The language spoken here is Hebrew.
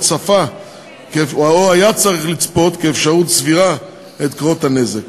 או צפה או היה צריך לצפות כאפשרות סבירה את קרות הנזק.